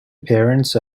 parents